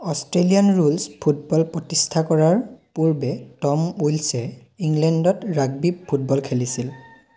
Australian rules football প্ৰতিষ্ঠা কৰাৰ পূৰ্বে টম উইলছে ইংলেণ্ডত ৰাগবী ফুটবল খেলিছিল